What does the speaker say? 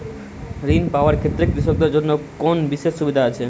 ঋণ পাওয়ার ক্ষেত্রে কৃষকদের জন্য কোনো বিশেষ সুবিধা আছে?